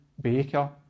baker